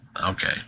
Okay